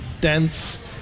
dense